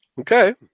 Okay